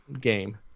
game